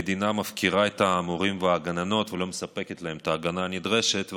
המדינה מפקירה את המורים והגננות ולא מספקת להם את ההגנה הנדרשת,